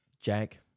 Jack